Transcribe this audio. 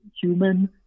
human